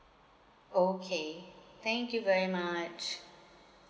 orh okay thank you very much